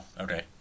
okay